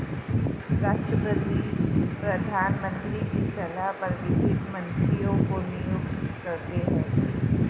राष्ट्रपति प्रधानमंत्री की सलाह पर वित्त मंत्री को नियुक्त करते है